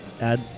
add